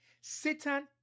Satan